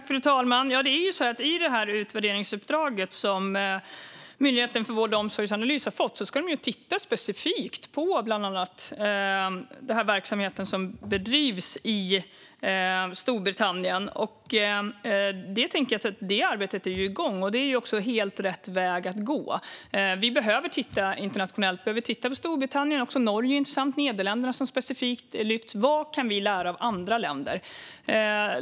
Fru talman! I det utvärderingsuppdrag som Myndigheten för vård och omsorgsanalys har fått ska de titta specifikt på bland annat den verksamhet som bedrivs i Storbritannien. Det arbetet är igång, och det är också helt rätt väg att gå. Vi behöver titta internationellt. Vi behöver titta på Storbritannien; också Norge är intressant, liksom Nederländerna som specifikt lyfts fram. Vad kan vi lära av andra länder?